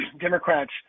Democrats